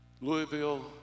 Louisville